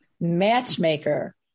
matchmaker